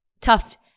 Tough